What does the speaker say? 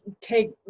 take